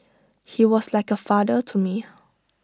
he was like A father to me